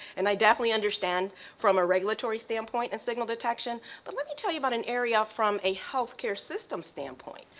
and i definitely understand from a regulatory standpoint as signal detection but let me tell you about an area from a healthcare systems standpoint,